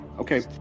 okay